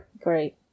Great